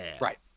Right